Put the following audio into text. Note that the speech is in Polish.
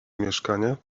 mieszkanie